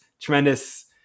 tremendous